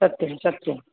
सत्यं सत्यं